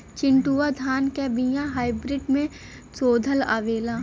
चिन्टूवा धान क बिया हाइब्रिड में शोधल आवेला?